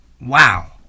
wow